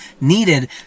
needed